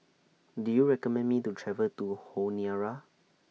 Do YOU recommend Me to travel to Honiara